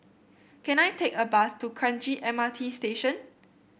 can I take a bus to Kranji M R T Station